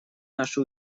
наши